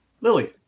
lily